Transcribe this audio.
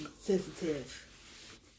sensitive